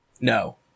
No